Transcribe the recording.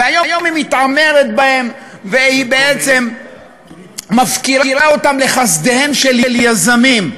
והיום היא מתעמרת בהם ובעצם מפקירה אותם לחסדיהם של יזמים.